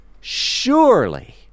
surely